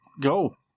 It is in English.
Go